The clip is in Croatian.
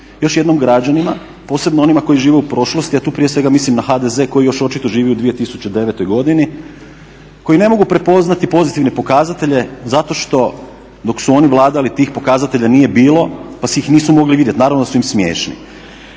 još jednom građanima posebno onima koji žive u prošlosti, a tu prije svega mislim na HDZ koji još očito živi u 2009.godini, koji ne mogu prepoznati pozitivne pokazatelje zato što dok su oni vladali tih pokazatelja nije bilo pa si ih nisu mogli vidjeti, naravno da su im smiješni,